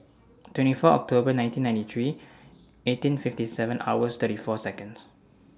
twenty four October nineteen ninety three eighteen fifty seven hours thirty four Seconds